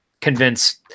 convince